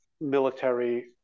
military